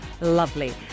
Lovely